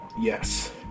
Yes